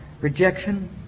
rejection